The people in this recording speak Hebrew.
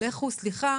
ולכו סליחה